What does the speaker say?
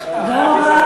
תודה רבה,